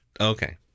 Okay